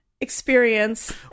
experience